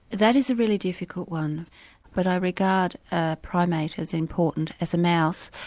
that is a really difficult one but i regard a primate as important as a mouse,